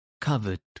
covered